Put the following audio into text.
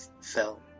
fell